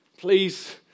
Please